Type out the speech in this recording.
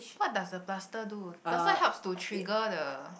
what does a plaster do plaster helps to trigger the